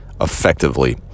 effectively